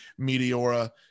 meteora